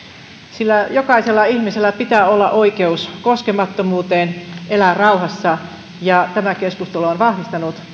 sillä jokaisella ihmisellä pitää olla oikeus koskemattomuuteen elää rauhassa tämä keskustelu on vahvistanut